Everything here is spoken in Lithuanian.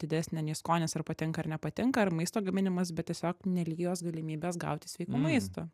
didesnė nei skonis ar patinka ar nepatinka ir maisto gaminimas bet tiesiog nelygios galimybės gauti sveiko maisto